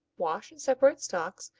wash and separate stalks,